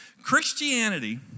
Christianity